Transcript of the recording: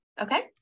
okay